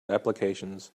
applications